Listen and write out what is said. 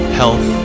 health